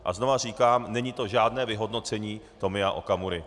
A znovu říkám není to žádné vyhodnocení Tomia Okamury.